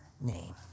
name